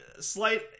slight